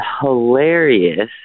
hilarious